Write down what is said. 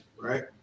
right